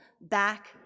back